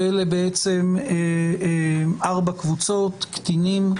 שהן בעצם ארבע קבוצות: קטינים,